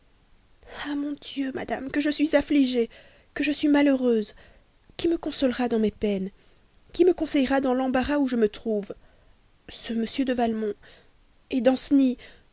ah mon dieu madame que je suis affligée que je suis malheureuse qui me consolera dans ma peine qui me conseillera dans l'embarras où je me trouve ce m de valmont danceny non